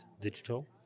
digital